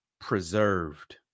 preserved